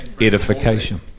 edification